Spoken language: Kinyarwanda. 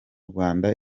rwanda